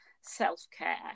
self-care